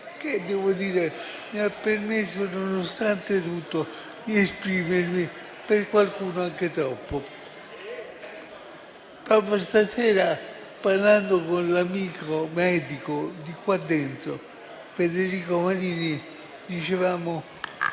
che, devo dire, mi ha permesso, nonostante tutto, di esprimermi, per qualcuno anche troppo. Stasera, parlando con l'amico medico del Senato Federico Marini, ci chiedevamo